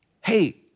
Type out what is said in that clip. hey